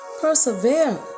Persevere